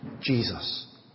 Jesus